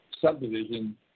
subdivision